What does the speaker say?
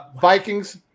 Vikings